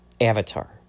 avatar